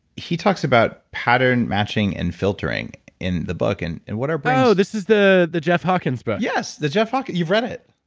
he talks about pattern matching and filtering in the book, and and what are oh, this is the the jeff hawkins book yes, the jeff hawkins, you've read it?